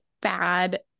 bad